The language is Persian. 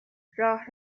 راه